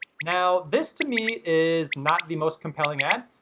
now this to me is not the most compelling ad.